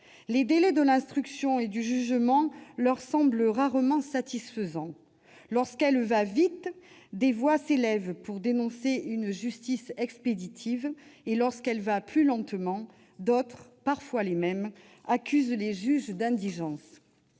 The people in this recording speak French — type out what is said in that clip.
Les délais de l'instruction et du jugement leur semblent rarement satisfaisants. Lorsque la justice va vite, des voix s'élèvent pour dénoncer son caractère expéditif ; et lorsqu'elle va plus lentement, d'autres, parfois les mêmes, accusent les juges d'indigence.